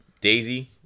Daisy